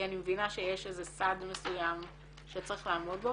כי אני מבינה שיש איזה סד מסוים שצריך לעמוד בו,